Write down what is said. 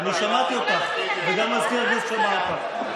אני שמעתי אותך, וגם מזכיר הכנסת שמע אותך.